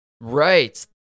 Right